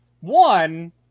One